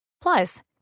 Plus